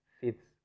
fits